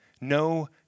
no